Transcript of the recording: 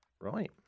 right